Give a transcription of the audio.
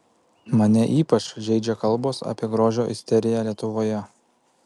mane ypač žeidžia kalbos apie grožio isteriją lietuvoje